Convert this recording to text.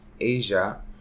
Asia